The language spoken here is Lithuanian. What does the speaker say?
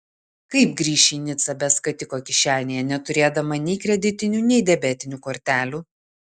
kaip grįš į nicą be skatiko kišenėje neturėdama nei kreditinių nei debetinių kortelių